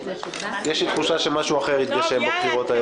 יש לי תחושה שמשהו אחר יתגשם בבחירות האלה.